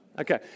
Okay